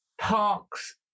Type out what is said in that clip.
parks